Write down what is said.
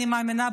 אני מאמינה,